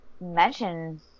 mention